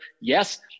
Yes